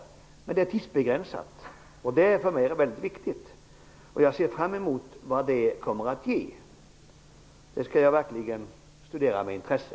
Det rör sig dock om något tidsbegränsat, vilket är väldigt viktigt för mig. Jag ser fram emot vad detta kommer att ge, och jag skall verkligen studera det med intresse.